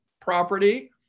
property